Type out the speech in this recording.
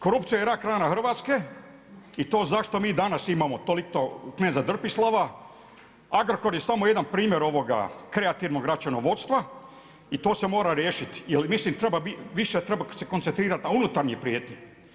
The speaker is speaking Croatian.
Korupcija je rak rana Hrvatske i to zašto mi danas imamo toliko kneza Drpislava, Agrokor je samo jedna primjer ovog kreativnog računovodstva i to se mora riješiti jer mislim, treba se više koncentrirati na unutarnje prijetnje.